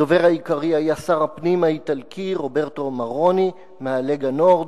הדובר העיקרי היה שר הפנים האיטלקי רוברטו מרוני מה"לגה נורד".